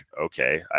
okay